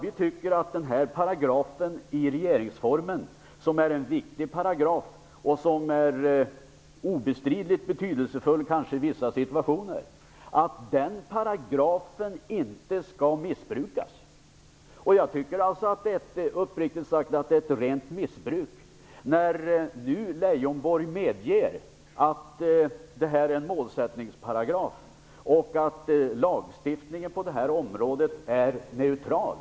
Vi tycker att den här paragrafen i regeringsformen - som är en viktigt paragraf och som i vissa situationer är obestridligt betydelsefull - inte skall missbrukas. Lars Leijonborg medger nu att detta är en målsättningsparagraf och att lagstiftningen på det här området är neutral.